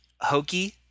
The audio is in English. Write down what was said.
hokey